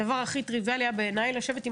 הדבר הכי טריוויאלי בעיניי היה לשבת עם